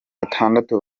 batandatu